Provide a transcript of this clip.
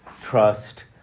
trust